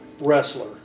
wrestler